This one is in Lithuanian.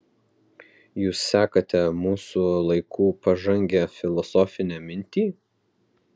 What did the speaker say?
jūs sekate mūsų laikų pažangią filosofinę mintį